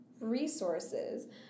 resources